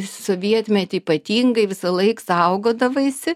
sovietmety ypatingai visąlaik saugodavaisi